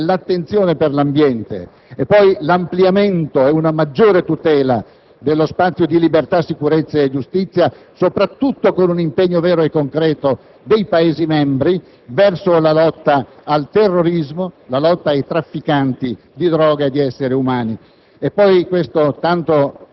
delle riforme sociali, dell'attenzione per l'ambiente e poi l'ampliamento ed una maggiore tutela dello spazio di libertà, sicurezza e giustizia, soprattutto con l'impegno vero e concreto dei Paesi membri verso la lotta al terrorismo, la lotta ai trafficanti di droga e di esseri umani.